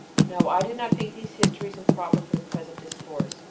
now i did not think these histories improper for the present discourse,